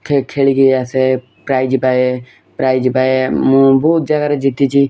ଖେଳିକି ଆସେ ପ୍ରାଇଜ୍ ପାଏ ପ୍ରାଇଜ୍ ପାଏ ମୁଁ ବହୁତ ଜାଗାରେ ଜିତିଛି